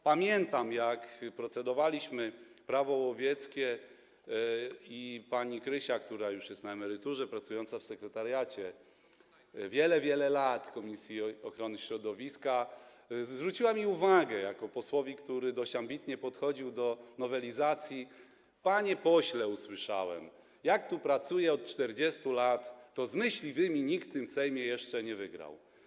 Pamiętam, jak procedowaliśmy Prawo łowieckie i pani Krysia, która już jest na emeryturze, pracowała przez wiele, wiele lat w sekretariacie komisji ochrony środowiska, zwróciła mi jako posłowi, który dość ambitnie podchodził do nowelizacji, uwagę: Panie pośle - usłyszałem - jak tu pracuję od 40 lat, to z myśliwymi nikt w tym Sejmie jeszcze nie wygrał.